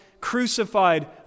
crucified